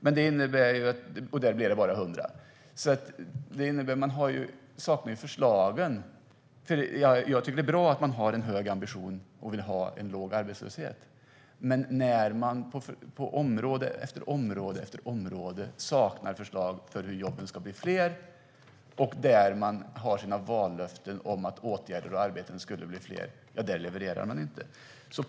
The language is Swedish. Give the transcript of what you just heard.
Av dessa traineejobb blev det bara 100. Man saknar ju förslag. Jag tycker att det är bra att man har en hög ambition och vill ha en låg arbetslöshet. Men när man på område efter område saknar förslag för hur jobben ska bli fler och där man har sina vallöften om att åtgärder och arbeten skulle bli fler, där levererar man inte.